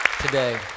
today